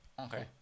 Okay